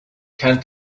can